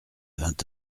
vingt